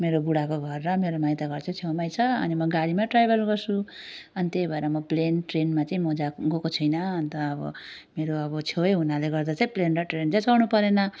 मेरो बुढाको घर र मेरो माइतघर चाहिँ छेउमा छ अनि म गाडीमा ट्राभल गर्छु अनि त्यही भएर म प्लेन ट्रेनमा चाहिँ म जहाँ गएको छुइनँ अन्त अब मेरो छेउ हुनाले गर्दा चाहिँ प्लेन र ट्रेन चाहिँ चढ्नु परेन